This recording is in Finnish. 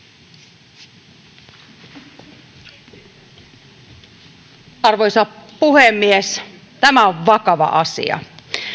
arvoisa puhemies tämä on vakava asia